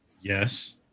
Yes